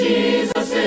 Jesus